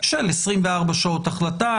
של 24 שעות החלטה,